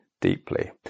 deeply